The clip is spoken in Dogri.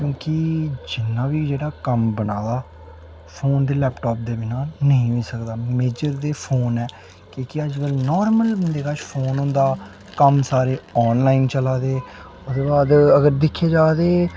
क्योंकि जि'न्ना बी जेह्ड़ा कम्म बना दा फोन ते लैपटॉप दे बिना नेईं होई सकदा मेजर ते फोन ऐ कि के अज्जकल नॉर्मल जेह्ड़ा फोन होंदा कम्म सारे ऑनलाइन चला दे ओह्दे बाद अगर दिक्खेआ जा ते